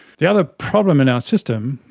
the other problem in our system,